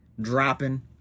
dropping